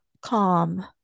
calm